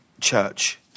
church